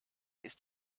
ist